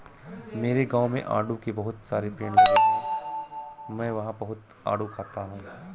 मेरे गाँव में आड़ू के बहुत सारे पेड़ लगे हैं मैं वहां बहुत आडू खाता हूँ